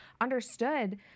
understood